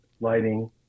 lighting